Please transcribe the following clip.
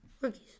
rookies